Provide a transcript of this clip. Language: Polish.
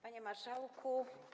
Panie Marszałku!